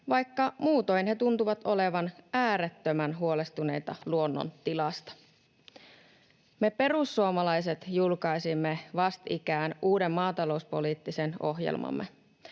vaikka muutoin he tuntuvat olevan äärettömän huolestuneita luonnon tilasta. Me perussuomalaiset julkaisimme vastikään uuden maatalouspoliittisen ohjelmamme.